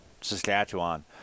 Saskatchewan